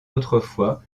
autrefois